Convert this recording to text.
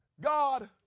God